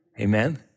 amen